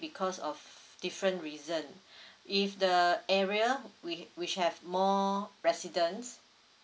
because of different reason if the area whi~ which have more residents